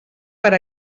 per